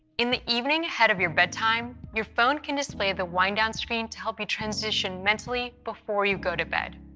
in the evening, ahead of your bedtime, your phone can display the wind down screen to help you transition mentally before you go to bed.